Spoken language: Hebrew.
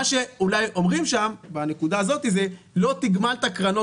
מה שאולי אומרים שם בנקודה הזאת זה: לא תגמלת קרנות